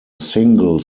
single